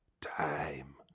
Time